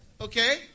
Okay